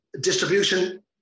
distribution